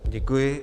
Děkuji.